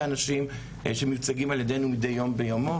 אנשים שמיוצגים על ידינו מדי יום ביומו,